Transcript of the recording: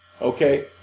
Okay